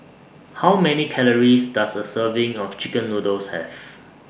How Many Calories Does A Serving of Chicken Noodles Have